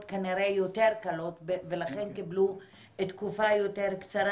כנראה יותר קלות ולכן קיבלו תקופה יותר קצרה,